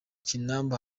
kinamba